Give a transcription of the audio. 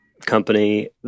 company